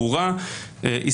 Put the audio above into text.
ברורה,